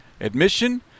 admission